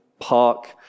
park